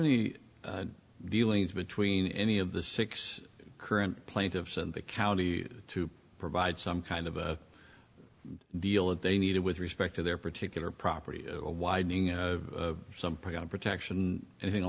the dealings between any of the six current plaintiffs and the county to provide some kind of a deal that they needed with respect to their particular property or widening some prion protection and thing